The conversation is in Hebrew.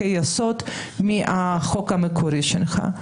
ביקורת שיפוטית על חוקי יסוד מהחוק המקורי שלך.